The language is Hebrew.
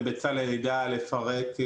זה בצלאל ידע לפרט.